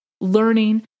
learning